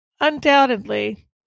undoubtedly